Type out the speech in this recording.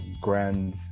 grand